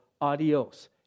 adios